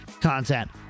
content